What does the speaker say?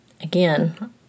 again